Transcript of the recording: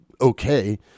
okay